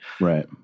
Right